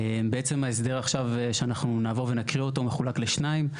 בעצם ההסדר עכשיו שאנחנו נעבור ונקריא אותו מחולק לשניים.